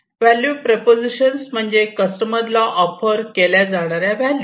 value propositions म्हणजे कस्टमरला offer केल्या जाणाऱ्या व्हॅल्यू